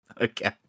Okay